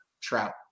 trout